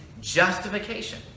justification